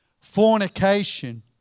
fornication